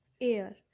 air